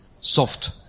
soft